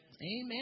Amen